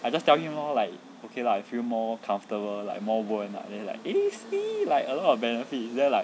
I just tell him lor like okay lah I feel more comfortable like more 温 and then like eh see like a lot of benefits then like